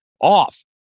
off